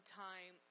time